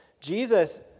Jesus